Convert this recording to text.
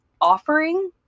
offering